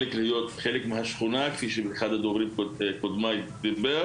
צריך להיות חלק מהשכונה כפי שאמר אחד הדוברים הקודמים דיבר